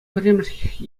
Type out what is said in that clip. пӗрремӗш